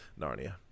Narnia